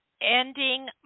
ending